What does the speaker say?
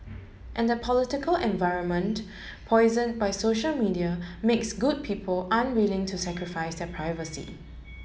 and the political environment poison by social media makes good people unwilling to sacrifice their privacy